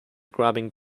grabbing